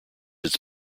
its